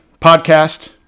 podcast